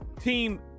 team